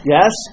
Yes